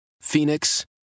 Phoenix